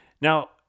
Now